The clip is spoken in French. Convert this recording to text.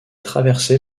traversé